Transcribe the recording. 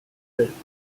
bright